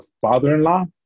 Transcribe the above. father-in-law